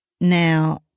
Now